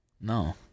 No